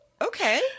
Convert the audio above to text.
okay